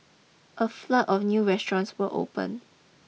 a flood of new restaurants will open